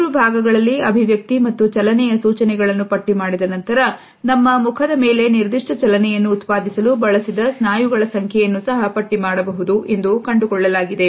ಮೂರು ಭಾಗಗಳಲ್ಲಿ ಅಭಿವ್ಯಕ್ತಿ ಮತ್ತು ಚಲನೆಯ ಸೂಚನೆಗಳನ್ನು ಪಟ್ಟಿ ಮಾಡಿದ ನಂತರ ನಮ್ಮ ಮುಖದ ಮೇಲೆ ನಿರ್ದಿಷ್ಟ ಚಲನೆಯನ್ನು ಉತ್ಪಾದಿಸಲು ಬಳಸಿದ ಸ್ನಾಯುಗಳ ಸಂಖ್ಯೆಯನ್ನು ಸಹ ಪಟ್ಟಿಮಾಡಬಹುದು ಎಂದು ಕಂಡುಕೊಳ್ಳಲಾಗಿದೆ